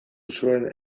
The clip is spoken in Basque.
zuen